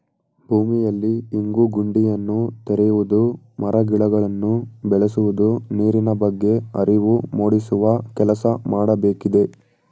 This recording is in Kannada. ಭೂಮಿಯಲ್ಲಿ ಇಂಗು ಗುಂಡಿಯನ್ನು ತೆರೆಯುವುದು, ಮರ ಗಿಡಗಳನ್ನು ಬೆಳೆಸುವುದು, ನೀರಿನ ಬಗ್ಗೆ ಅರಿವು ಮೂಡಿಸುವ ಕೆಲಸ ಮಾಡಬೇಕಿದೆ